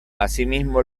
asimismo